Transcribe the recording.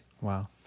Wow